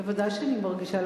ודאי שאני מרגישה.